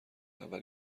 اول